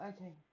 Okay